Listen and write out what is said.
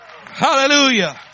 hallelujah